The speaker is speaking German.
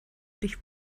dich